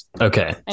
Okay